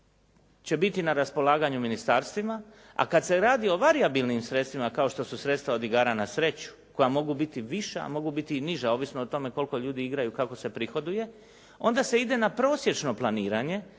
će biti na raspolaganju ministarstvima a kad se radi o varijabilnim sredstvima kao što su sredstva od igara na sreću koja mogu biti viša a mogu biti i niža, ovisno o tome koliko ljudi igraju, kako se prihoduje. Onda se ide na prosječno planiranje